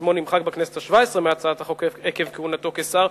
ששמו נמחק בכנסת השבע-עשרה מהצעת החוק עקב כהונתו כשר,